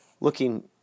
Looking